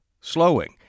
slowing